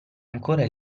ancora